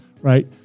right